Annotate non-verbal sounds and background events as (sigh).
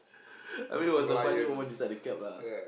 (noise) I mean it was a funny moment inside the cab lah